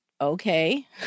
okay